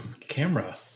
camera